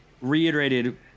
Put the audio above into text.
reiterated